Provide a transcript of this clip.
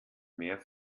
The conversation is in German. mehr